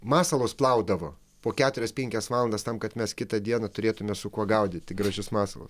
masalus plaudavo po keturias penkias valandas tam kad mes kitą dieną turėtumėme su kuo gaudyti gražius masalus